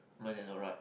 mine is alright